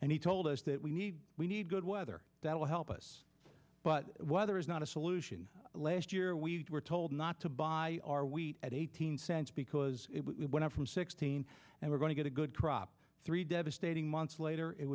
and he told us that we need we need good weather that will help us but weather is not a solution last year we were told not to buy our wheat at eighteen cents because we went from sixteen and we're going to get a good crop three devastating months later it